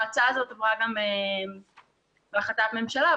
ההצעה הזאת עברה גם בהחלטת ממשלה,